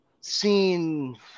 seen